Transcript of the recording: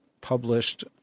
published